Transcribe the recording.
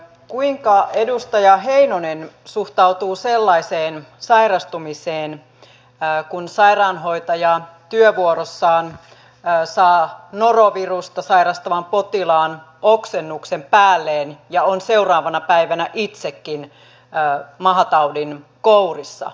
kuinka edustaja heinonen suhtautuu sellaiseen sairastumiseen kun sairaanhoitaja työvuorossaan saa noro virusta sairastavan potilaan oksennuksen päälleen ja on seuraavana päivänä itsekin mahataudin kourissa